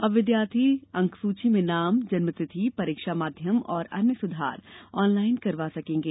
अब विद्यार्थी अंकसूची में नाम जन्म तिथि परीक्षा माध्यम और अन्य सुधार ऑनलाइन करवा सकेंगे